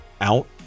out